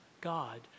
God